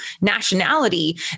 nationality